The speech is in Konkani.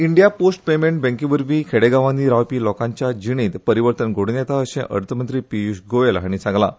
इंडिया पोस्ट पेमॅण्ट बँके वरवीं खेडेगांवानी रावपी लोकांच्या जिणेंत परिवर्तन घडून येता अशें अर्थमंत्री पियुश गोयल हांणी सांगलां